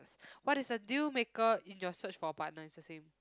what is the deal maker in your search for partner is the same